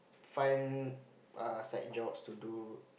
find err side jobs to do